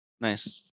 Nice